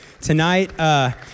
tonight